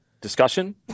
discussion